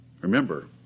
Remember